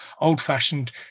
old-fashioned